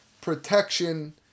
protection